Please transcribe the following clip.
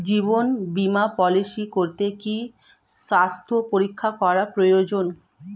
জীবন বীমা পলিসি করতে কি স্বাস্থ্য পরীক্ষা করা প্রয়োজন?